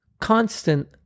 constant